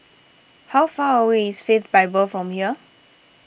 how far away is Faith Bible from here